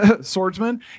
swordsman